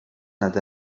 nad